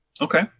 Okay